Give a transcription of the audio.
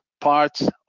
parts